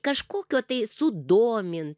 kažkokio tai sudomint